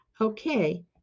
Okay